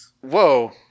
Whoa